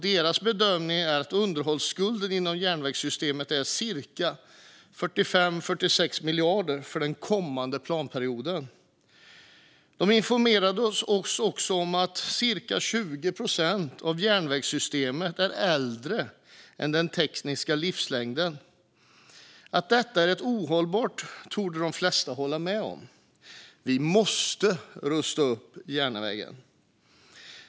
Deras bedömning är att underhållsskulden inom järnvägssystemet är cirka 45-46 miljarder för den kommande planperioden. De informerade oss också om att cirka 20 procent av järnvägssystemet är äldre än den tekniska livslängden. Att detta är ohållbart torde de flesta hålla med om. Vi måste rusta upp järnvägen!